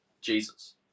Jesus